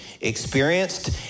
experienced